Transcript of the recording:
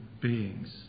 beings